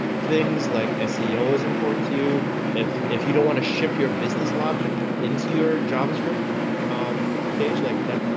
things like a ceo is important to you if if you don't want to ship your business logic into your javascript um page like that.